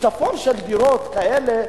שיטפון של דירות כאלה,